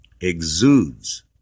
Exudes